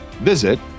visit